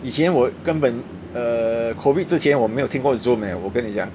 以前我根本 uh COVID 之前我没有听过 zoom eh 我跟你讲